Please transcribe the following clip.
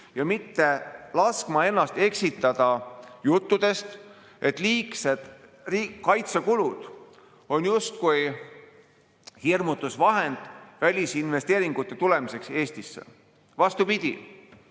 ja mitte laskma ennast eksitada juttudest, et liigsed kaitsekulud on justkui hirmutusvahend välisinvesteeringute tulemiseks Eestisse. Vastupidi,